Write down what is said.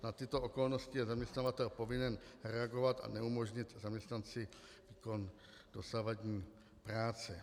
Na tyto okolnosti je zaměstnavatel povinen reagovat a neumožnit zaměstnanci výkon dosavadní práce.